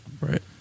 Right